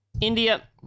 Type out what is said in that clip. India